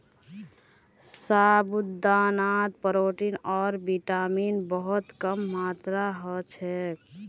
साबूदानात प्रोटीन आर विटामिन बहुत कम मात्रात ह छेक